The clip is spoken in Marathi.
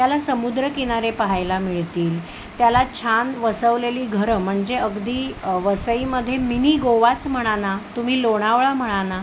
त्याला समुद्रकिनारे पाहायला मिळतील त्याला छान वसवलेली घरं म्हणजे अगदी वसईमध्ये मिनी गोवाच म्हणा ना तुम्ही लोणावळा म्हणा ना